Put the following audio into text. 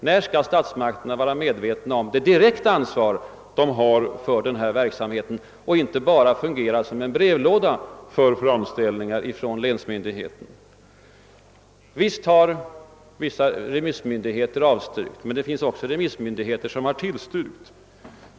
När skall statsmakterna bli medvetna om det direkta ansvar de har? De kan inte längre fungera bara som en brevlåda för framställningar från länsmyndigheten. Visst har vissa remissinstanser avstyrkt motionerna, men det finns också sådana som har tillstyrkt dem.